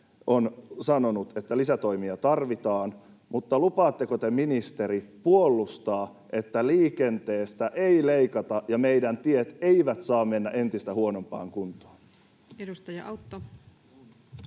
on sanonut, että lisätoimia tarvitaan, mutta lupaatteko te, ministeri, puolustaa sitä, että liikenteestä ei leikata ja meidän tiet eivät saa mennä entistä huonompaan kuntoon? [Speech 483]